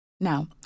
Now